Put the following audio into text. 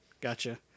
gotcha